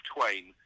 Twain